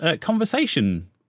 conversation